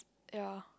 ya